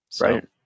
right